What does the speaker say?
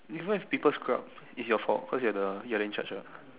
even if people scrub it's your fault cause you're the you are the in charge what